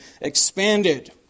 expanded